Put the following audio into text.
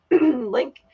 link